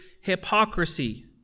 hypocrisy